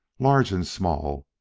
large and small,